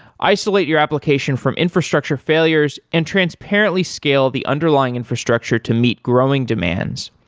isolate your application from infrastructure failures and transparently scale the underlying infrastructure to meet growing demands,